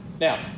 now